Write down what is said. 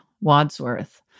Wadsworth